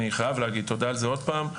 אני חייב להגיד תודה על זה עוד פעם,